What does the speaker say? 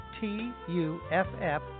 t-u-f-f